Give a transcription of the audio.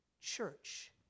church